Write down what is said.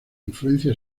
influencia